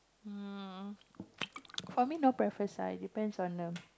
um for me no preference ah it depends on the